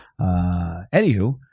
Anywho